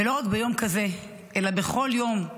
ולא רק ביום כזה אלא בכל יום,